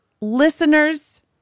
listeners